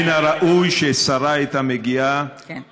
מן הראוי ששרה הייתה מגיעה, כן.